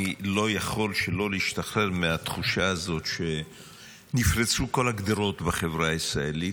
אני לא יכול להשתחרר מהתחושה הזו שנפרצו כל הגדרות בחברה הישראלית.